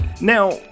Now